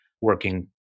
working